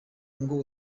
ngo